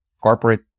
corporate